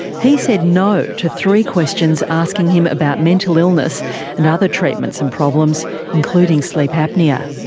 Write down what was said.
he said no to three questions asking him about mental illness and other treatments and problems, including sleep apnoea.